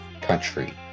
country